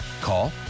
call